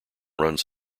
runs